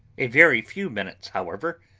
a very few minutes, however,